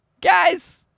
Guys